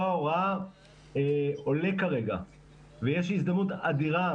ההוראה עולה כרגע ויש הזדמנות אדירה,